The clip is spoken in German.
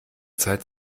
zeit